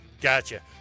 Gotcha